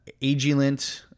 Agilent